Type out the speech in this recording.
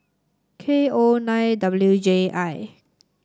K O nine W J I